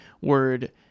word